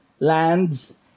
Lands